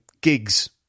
gigs